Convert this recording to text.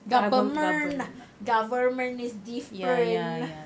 government is different